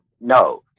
No